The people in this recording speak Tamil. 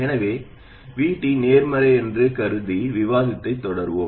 எனவே VT நேர்மறை என்று கருதி விவாதத்தைத் தொடர்வோம்